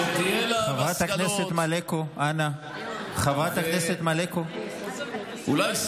ישראל, חברת הכנסת מלקו, חברת הכנסת מלקו, אנא.